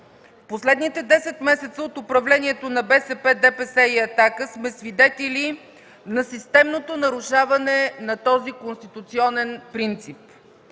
последните 10 месеца от управлението на БСП, ДПС и „Атака” сме свидетели на системното нарушаване на този конституционен принцип.